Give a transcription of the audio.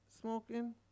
smoking